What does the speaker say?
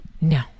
no